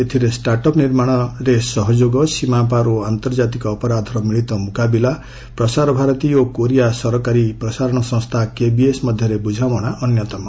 ଏଥିରେ ଷ୍ଟାଟ୍ଅପ୍ ନିର୍ମାଣରେ ସହଯୋଗ ସୀମାପାର ଓ ଆନ୍ତର୍ଜାତିକ ଅପରାଧର ମିଳିତ ମୁକାବିଲା ପ୍ରସାରଭାରତୀ ଓ କୋରିଆ ସରକାରୀ ପ୍ରସାରଣ ସଂସ୍ଥା କେବିଏସ୍ ମଧ୍ୟରେ ବୁଝାମଣା ଅନ୍ୟତମ